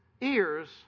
ears